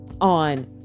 on